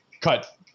cut